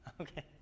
Okay